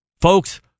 folks